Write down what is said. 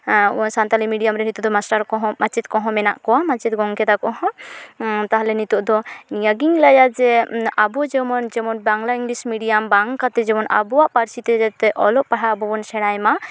Santali medium ᱨᱮ ᱱᱤᱛᱚᱜ ᱫᱚ ᱢᱟᱥᱴᱟᱨ ᱠᱚᱦᱚᱸ ᱢᱟᱪᱮᱫ ᱠᱚᱦᱚᱸ ᱢᱮᱱᱟᱜ ᱠᱚᱣᱟ ᱢᱟᱪᱮᱫ ᱜᱚᱢᱠᱮ ᱛᱟᱠᱚ ᱦᱚᱸ ᱛᱟᱦᱞᱮ ᱱᱤᱛᱚᱜ ᱫᱚ ᱱᱤᱭᱟᱹᱜᱤᱧ ᱞᱟᱹᱭᱟ ᱡᱮ ᱟᱵᱚ ᱡᱮᱢᱚᱱ ᱡᱮᱢᱚᱱ ᱵᱟᱝᱞᱟ ᱤᱝᱞᱤᱥ ᱢᱤᱰᱤᱭᱟᱢ ᱠᱟᱛᱮᱫ ᱡᱮᱢᱚᱱ ᱟᱵᱚᱣᱟᱜ ᱯᱟᱹᱨᱥᱤ ᱛᱮ ᱡᱟᱛᱮ ᱚᱞᱚᱜ ᱯᱟᱲᱦᱟᱣ ᱵᱚᱱ ᱥᱮᱬᱟᱭ ᱢᱟ